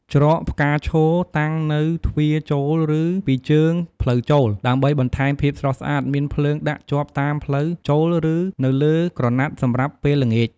ច្រកផ្កាឈរ តាំងនៅទ្វារចូលឬពីរជើងផ្លូវចូល ដើម្បីបន្ថែមភាពស្រស់ស្អាត មានភ្លើងដាក់ជាប់តាមផ្លូវចូលឬនៅលើក្រណាត់ សម្រាប់ពេលល្ញាច។